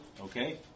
Okay